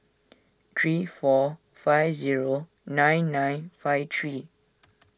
three four five zero nine nine five three